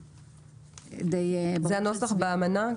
זה הנוסח באמנה?